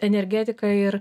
energetika ir